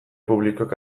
publikoek